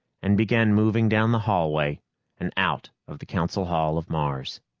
and began moving down the hallway and out of the council hall of mars.